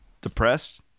depressed